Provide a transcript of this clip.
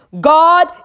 God